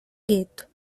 gueto